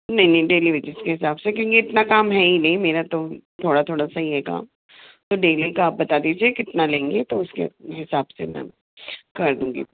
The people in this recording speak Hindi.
नहीं नहीं डेली बेसिस के हिसाब से क्योंकि इतना काम है ही नहीं मेरा तो थोड़ा थोड़ा सा ही है काम डेली का बता दीजिए आप कितना लेंगे तो उसके हिसाब से कर दूँगी